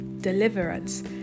deliverance